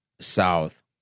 south